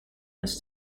this